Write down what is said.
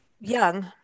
young